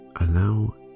allow